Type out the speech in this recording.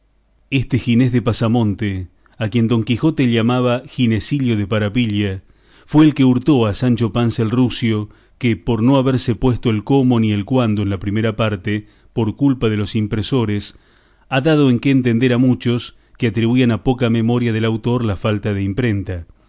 este ginés de pasamonte a quien don quijote llamaba ginesillo de parapilla fue el que hurtó a sancho panza el rucio que por no haberse puesto el cómo ni el cuándo en la primera parte por culpa de los impresores ha dado en qué entender a muchos que atribuían a poca memoria del autor la falta de emprenta